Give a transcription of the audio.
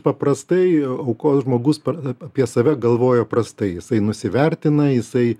paprastai aukos žmogus pats apie save galvoja prastai jisai nusivertina jisai